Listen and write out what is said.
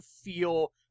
feel